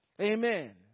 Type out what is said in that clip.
Amen